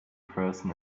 person